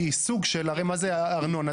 מה זה ארנונה?